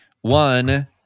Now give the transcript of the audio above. one